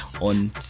on